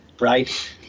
right